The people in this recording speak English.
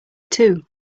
too